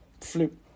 flip